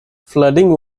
flooding